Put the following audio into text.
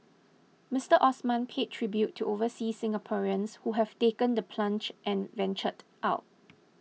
Mister Osman paid tribute to overseas Singaporeans who have taken the plunge and ventured out